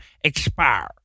expire